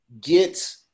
get